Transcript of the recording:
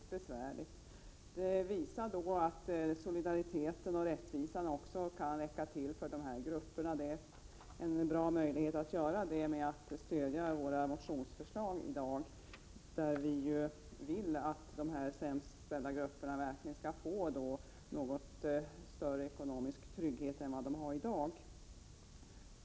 En bra möjlighet att visa att solidariteten och rättvisan räcker till också för dessa grupper är att i dag stödja våra motionsförslag. Vi föreslår att dessa de sämst ställda grupperna bland pensionärerna skall få en något större ekonomisk trygghet än de har i dag.